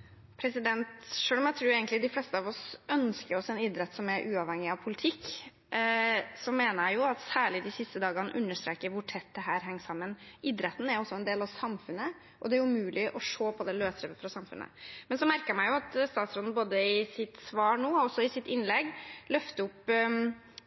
om jeg tror de fleste av oss egentlig ønsker oss en idrett som er uavhengig av politikk, mener jeg at særlig de siste dagene understreker hvor tett dette henger sammen. Idretten er også en del av samfunnet, og det er umulig å se på det løsrevet fra samfunnet. Men jeg merker meg at statsråden både i sitt svar nå og også i sitt innlegg løfter opp